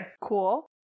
Cool